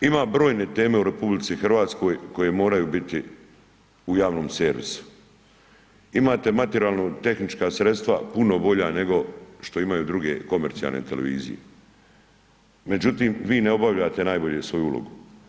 Ima brojnih tema u RH koje moraju biti u javnom servisu, imate materijalno tehnička sredstva puno bolja nego što imaju druge komercijalne televizije, međutim vi ne obavljate najbolje svoju ulogu.